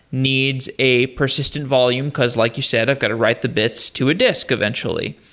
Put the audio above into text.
needs a persistent volume, because like you said, i've got to write the bits to a disk eventually.